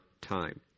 time